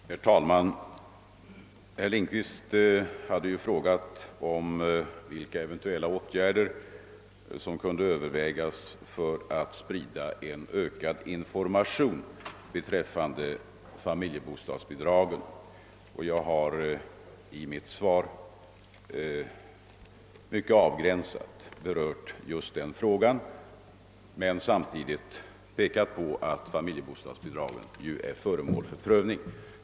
Herr talman! Herr Lindkvist hade frågat vilka eventuella åtgärder som kunde vidtagas för att sprida ökad information beträffande familjebostadsbidragen. I mitt svar har jag mycket avgränsat berört den frågan men samtidigt pekat på att familjebostadsbidragen är föremål för prövning.